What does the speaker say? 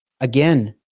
again